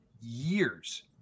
years